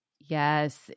Yes